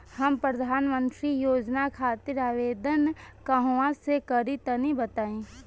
हम प्रधनमंत्री योजना खातिर आवेदन कहवा से करि तनि बताईं?